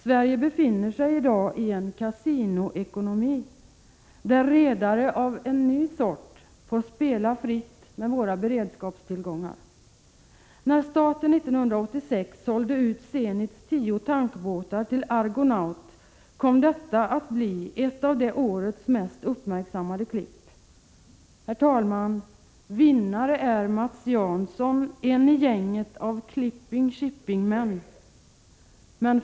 Sverige befinner sig i dag i en kasinoekonomi, där redare av en ny sort får spela fritt med våra beredskapstillgångar. När staten 1986 sålde ut Zenits tio tankbåtar till Argonaut kom detta att bli ett av det årets mest uppmärksammade klipp. Herr talman! Vinnare är Mats Janson, en i gänget av ”klipping-shipping”- män.